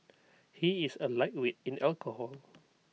he is A lightweight in alcohol